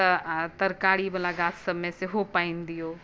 तऽ तरकारीवला गाछसभमे सेहो पानि दियौ